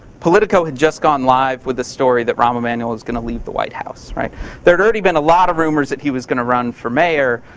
had just gone live with a story that rahm emanuel was gonna leave the white house. there had already been a lot of rumors that he was gonna run for mayor,